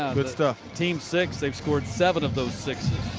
um good stuff. team six, they've scored seven of those sixes.